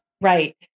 Right